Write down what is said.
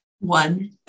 One